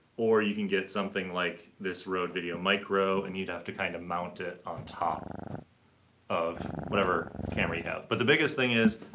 or you can get something like this rode videomicro, and you'd have to kinda kind of mount it on top of whatever camera you have. but the biggest thing is,